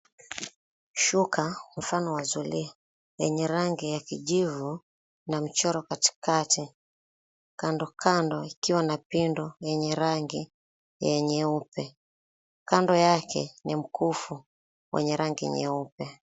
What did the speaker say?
Shuka mfano wa zulia yenye rangi la kijivu na michoro katikati. Kandokando ikiwa na pindo yenye rangi ya nyeupe. Kando yake ni mkufu wenye rangi nyeupe.